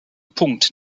punkt